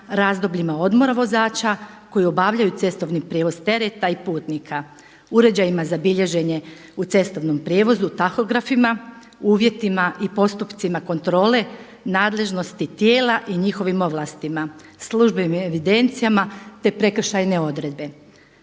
razdobljima odmora vozača koji obavljaju cestovni prijevoz tereta i putnika. Uređajima za bilježenje u cestovnom prijevozu, tahografima, uvjetima i postupcima kontrole nadležnosti tijela i njihovim ovlastima, službenim evidencijama, te prekršajne odredbe.